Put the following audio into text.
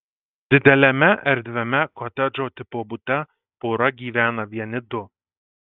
dideliame erdviame kotedžo tipo bute pora gyvena vieni du